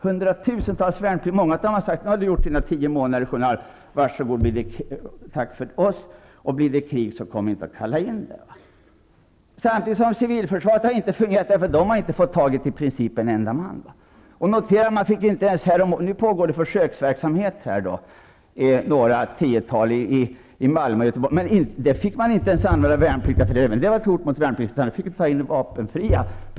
Till dessa har försvaret sagt: Nu har du gjort dina sju eller tio månader. Tack för oss! Blir det krig kommer vi inte att kalla in dig. Samtidigt har civilförsvaret inte fungerat, eftersom man där inte har fått utbilda unga. Nu pågår försöksverksamhet på det här området i Malmö och Göteborg, men inte till det fick man använda värnpliktiga. I stället fick man ta in vapenfria.